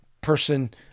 person